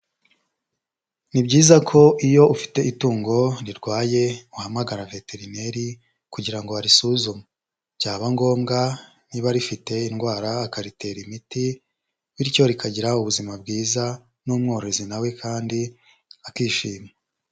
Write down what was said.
Ni byiza ko iyo ufite itungo rirwaye uhamagarare veterineri kugirango arisuzume. Byaba ngombwa niba rifite indwara akaritera imiti, bityo rikagira ubuzima bwiza n'umworozi nawe kandi akishima.